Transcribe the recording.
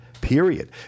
period